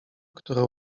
które